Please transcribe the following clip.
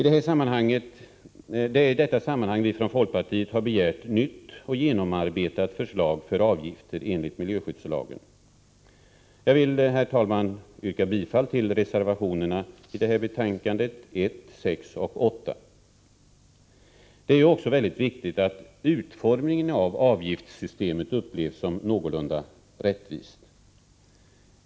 Det är i detta sammanhang som vi från folkpartiet har begärt ett nytt och genomarbetat förslag för avgifter enligt miljöskyddslagen. Jag vill, herr talman, yrka bifall till reservationerna 1, 6 och 8 i detta betänkande. Det är också mycket viktigt att utformningen av avgiftssystemet upplevs som någorlunda rättvist.